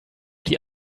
die